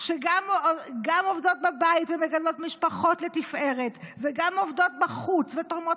שגם עובדות בבית ומגדלות משפחות לתפארת וגם עובדות בחוץ ותורמות